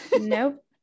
nope